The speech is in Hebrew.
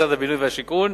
משרד הבינוי והשיכון,